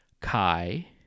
Kai